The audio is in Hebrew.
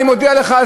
אני מודיע לך,